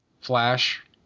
flash